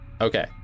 Okay